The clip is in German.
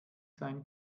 sein